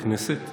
בכנסת.